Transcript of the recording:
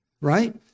right